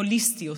הוליסטיות,